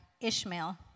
Ishmael